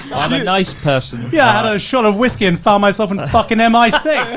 i'm a nice person. yeah, i had a shot of whiskey and found myself in fucking m i six.